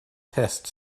test